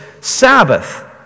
Sabbath